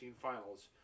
finals